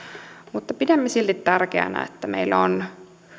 mutta pidämme silti tärkeänä että meillä on